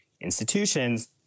institutions